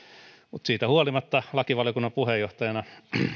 mutta siitä huolimatta lakivaliokunnan puheenjohtajana